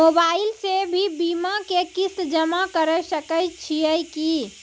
Mobile से भी बीमा के किस्त जमा करै सकैय छियै कि?